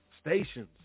stations